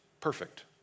perfect